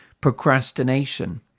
procrastination